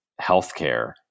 healthcare